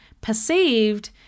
perceived